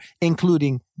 including